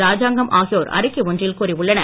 ராஜாங்கம் ஆகியோர் அறிக்கை ஒன்றில் கூறியுள்ளனர்